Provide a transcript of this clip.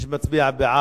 מי שמצביע בעד,